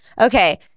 okay